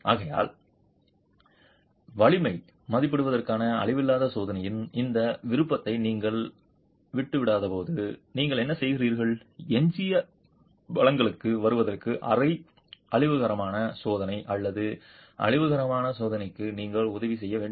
ஆகையால் வலிமை மதிப்பீடுகளுக்கான அழிவில்லாத சோதனையின் இந்த விருப்பத்தை நீங்கள் விட்டுவிடாதபோது நீங்கள் என்ன செய்கிறீர்கள் எஞ்சிய பலங்களுக்கு வருவதற்கு அரை அழிவுகரமான சோதனை அல்லது அழிவுகரமான சோதனைக்கு நீங்கள் உதவி செய்ய வேண்டும்